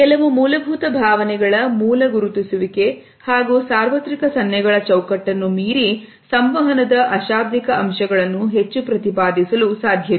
ಕೆಲವು ಮೂಲಭೂತ ಭಾವನೆಗಳ ಮೂಲ ಗುರುತಿಸುವಿಕೆ ಹಾಗೂ ಸಾರ್ವತ್ರಿಕ ಸನ್ನೆಗಳ ಚೌಕಟ್ಟನ್ನು ಮೀರಿ ಸಂವಹನದ ಆಶಾಬ್ದಿಕ ಅಂಶಗಳನ್ನು ಹೆಚ್ಚು ಪ್ರತಿಪಾದಿಸಲು ಸಾಧ್ಯವಿಲ್ಲ